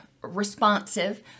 responsive